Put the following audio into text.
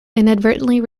inadvertently